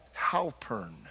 Halpern